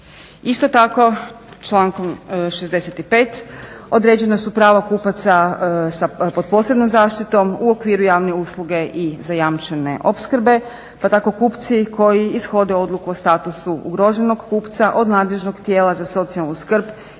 Isto tako člankom 65. određena su prava kupaca pod posebnom zaštitom u okviru javne usluge i zajamčene opskrbe pa tako kupci koji ishode odluku o statusu ugroženog kupca od nadležnog tijela za socijalnu skrb